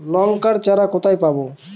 লঙ্কার চারা কোথায় পাবো?